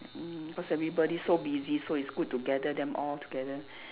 mm cause everybody so busy so it's good to gather them all together